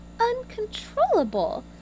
uncontrollable